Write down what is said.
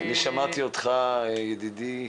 אני שמעתי אותך, ידידי,